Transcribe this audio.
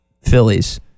Phillies